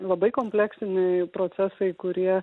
labai kompleksiniai procesai kurie